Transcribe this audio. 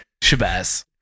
Shabazz